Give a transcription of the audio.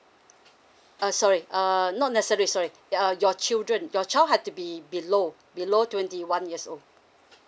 uh sorry uh not necessary sorry that uh your children your child had to be below below twenty one years old